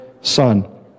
son